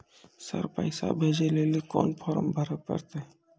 Sir पैसा भेजै लेली कोन फॉर्म भरे परतै?